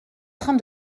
train